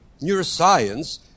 Neuroscience